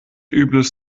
übles